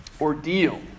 ordeal